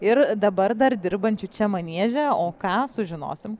ir dabar dar dirbančiu čia manieže o ką sužinosim